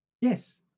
Yes